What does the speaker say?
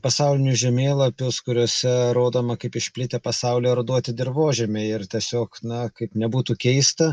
pasaulinius žemėlapius kuriuose rodoma kaip išplitę pasaulio eroduoti dirvožemiai ir tiesiog na kaip nebūtų keista